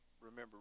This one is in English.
remember